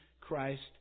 Christ